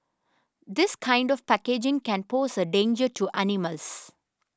this kind of packaging can pose a danger to animals